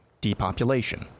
depopulation